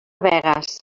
begues